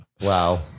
Wow